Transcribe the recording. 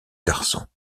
garçons